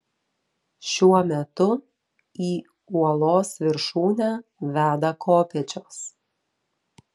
šiuo metu į uolos viršūnę veda kopėčios